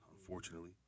unfortunately